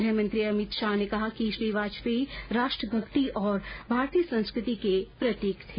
गृहमंत्री अभित शाह ने कहा कि श्री वाजयेपी राष्ट्रभक्ति और भारतीय संस्कृति के प्रतीक थे